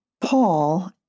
Paul